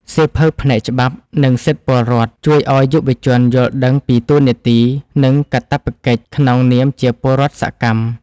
សៀវភៅផ្នែក ច្បាប់ និងសិទ្ធិពលរដ្ឋ ជួយឱ្យយុវជនយល់ដឹងពីតួនាទី និងកាតព្វកិច្ចក្នុងនាមជាពលរដ្ឋសកម្ម។